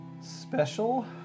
special